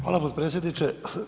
Hvala potpredsjedniče.